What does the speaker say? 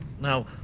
Now